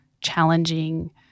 challenging